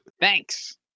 Thanks